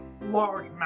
large